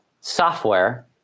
software